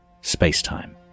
Space-time